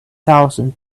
thousand